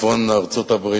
בצפון ארצות-הברית,